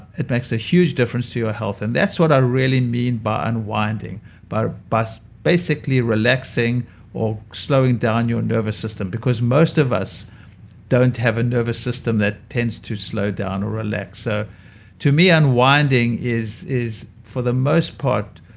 it makes a huge difference to your health and that's what i really mean by unwinding by but basically relaxing or slowing down your nervous system, because most of us don't have a nervous system that tends to slow down or relax. ah to me unwinding is, for the most part,